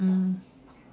mm